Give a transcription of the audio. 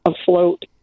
afloat